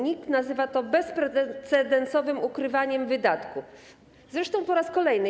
NIK nazywa to bezprecedensowym ukrywaniem wydatków, zresztą po raz kolejny.